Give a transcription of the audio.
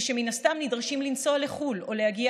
ושמן הסתם נדרשים לנסוע לחו"ל או להגיע